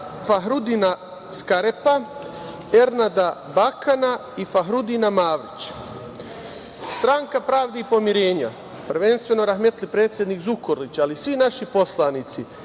Fahrudina Skarepa, Ernada Bakana i Fahrudina Mavrića, Stranka pravde i pomirenja, prvenstveno rahmetli predsednik Zukorlić, ali i svi naši poslanici